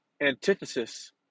antithesis